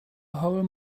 whole